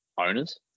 owners